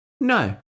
no